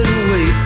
away